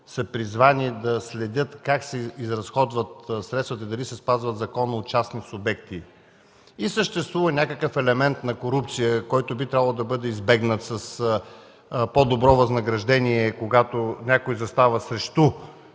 са призвани да следят как се изразходват средствата – дали се спазва законът от частни субекти, и съществува елемент на корупция, който би трябвало да бъде избегнат с по-добро възнаграждение, когато някой застава срещу